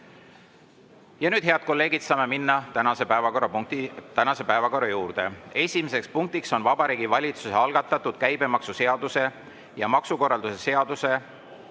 Ja nüüd, head kolleegid, saame minna tänase päevakorra juurde. Esimene punkt on Vabariigi Valitsuse algatatud käibemaksuseaduse ja maksukorralduse seaduse